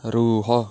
ରୁହ